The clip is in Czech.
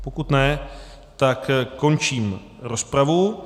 Pokud ne, tak končím rozpravu.